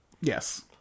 Yes